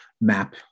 map